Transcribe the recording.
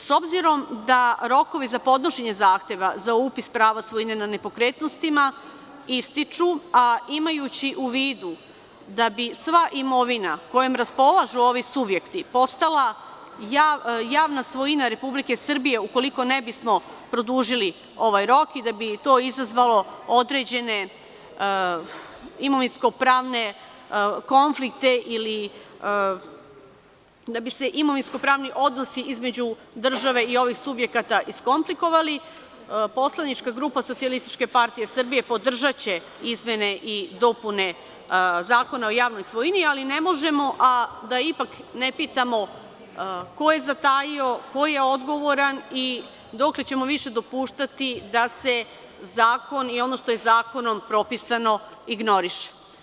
S obzirom da rokovi za podnošenje zahteva za upis prava svojine na nepokretnostima ističu, a imajući u vidu da bi sva imovina kojom raspolažu ovi subjekti postala javna svojina Republike Srbije ukoliko ne bismo produžili ovaj rok i da bi to izazvalo određene imovinsko-pravne konflikte ili da bi se imovinsko-pravni odnosi između države i ovih subjekata iskomplikovali, poslanička grupa SPS podržaće izmene i dopune Zakona o javnoj svojini, ali ne možemo a da ne pitamo ko je zatajio, ko je odgovoran i dokle ćemo više dopuštati da se zakon i ono što je zakonom propisano ignoriše.